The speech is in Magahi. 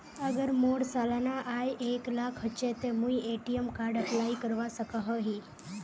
अगर मोर सालाना आय एक लाख होचे ते मुई ए.टी.एम कार्ड अप्लाई करवा सकोहो ही?